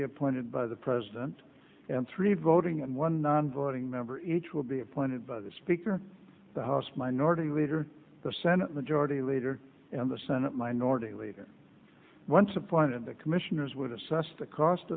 be appointed by the president and three voting and one non voting member each will be appointed by the speaker of the house minority leader the senate majority leader and the senate minority leader once appointed the commissioners would assess the cost